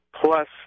plus